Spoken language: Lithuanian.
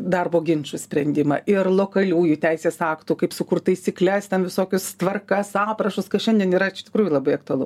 darbo ginčų sprendimą ir lokaliųjų teisės aktų kaip sukurt taisykles ten visokius tvarkas aprašus kas šiandien yra iš tikrųjų labai aktualu